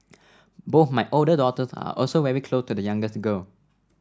both my older daughters are also very close to the youngest girl